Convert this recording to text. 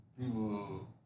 people